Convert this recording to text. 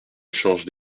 échange